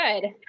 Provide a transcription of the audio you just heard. good